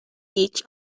each